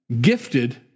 gifted